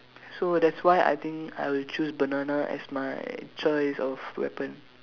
so that's why I think I will choose banana as my choice of weapon